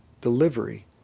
delivery